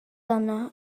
yng